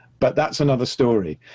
but that's another story.